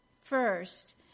First